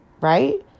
right